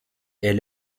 est